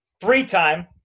three-time